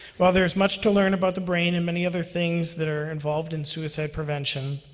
while there is much to learn about the brain and many other things that are involved in suicide prevention,